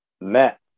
met